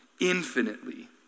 infinitely